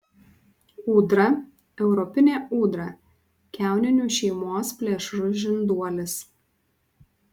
ūdra europinė ūdra kiauninių šeimos plėšrus žinduolis